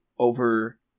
over